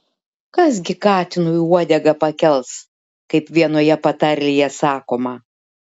kas gi katinui uodegą pakels kaip vienoje patarlėje sakoma